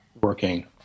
working